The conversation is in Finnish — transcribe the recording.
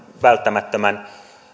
välttämättömän